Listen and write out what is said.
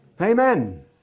Amen